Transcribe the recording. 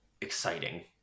exciting